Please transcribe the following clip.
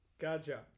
Gotcha